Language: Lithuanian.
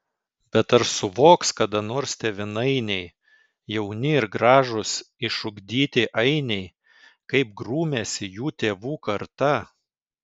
bet ar suvoks kada nors tėvynainiai jauni ir gražūs išugdyti ainiai kaip grūmėsi jų tėvų karta